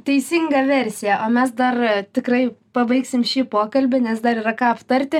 teisingą versiją o mes dar tikrai pabaigsim šį pokalbį nes dar yra ką aptarti